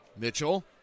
Mitchell